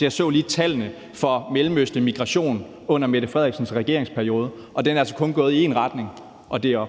Jeg så lige tallene for mellemøstlig migration under Mette Frederiksens regeringsperiode, og den er altså kun gået i en retning – og det er op.